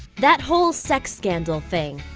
that whole sex scandal thing